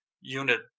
unit